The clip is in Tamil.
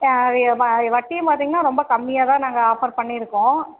வட்டியும் பார்த்தீங்கன்னா ரொம்ப கம்மியாக தான் நாங்கள் ஆஃபர் பண்ணி இருக்கோம்